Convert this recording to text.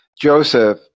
Joseph